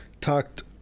talked